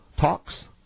talks